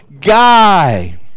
guy